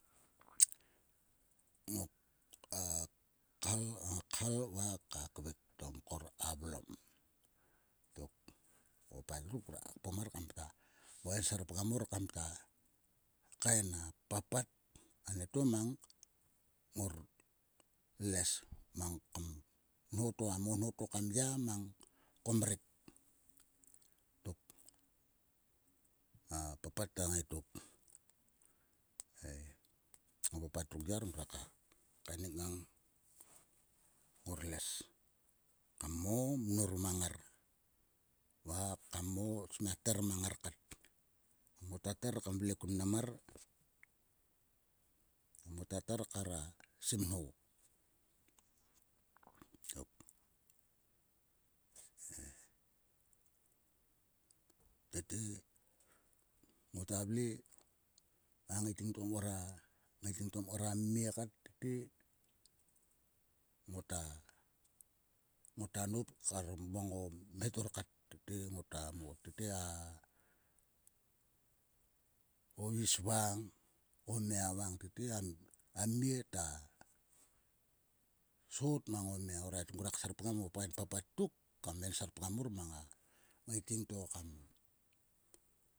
Nok khal va ka kvek to mkor a vlom. Tok o papat ruk ngruakta kpom mar kamta mo enserpgam mor kamkta kaen a papat anieto mang ngor les mang kam nho to kam monho to a yar mang kom mrek tok. A papat ta ngai tok. Ei o papat ruk arhe ngruak kaenik ngang ngor les kam mo mnor mang ngar. Va kam mo smia moter mang ngar kat. Ngota ter kam vle kun mnam mar. ngota ter kam sim nho tok ei. Tete ngota vle a ngaitig to mkor a. a ngaiting to mkor a mie kat tete ngota nop kar o mheto kat. Tete ngota. tete a o is vang. o mia vang tete a mia ta sot mang o mia orait ngruak serpgam o kam papat tok kam enserpgam mor mang a ngaiting to kam.